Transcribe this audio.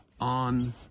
on